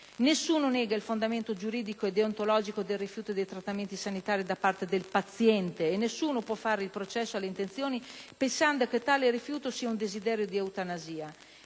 Nessuno nega il fondamento giuridico e deontologico del rifiuto dei trattamenti sanitari da parte del paziente, e nessuno può fare il processo alle intenzioni pensando che tale rifiuto sia desiderio di eutanasia,